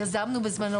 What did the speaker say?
יזמנו בזמנו,